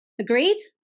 Agreed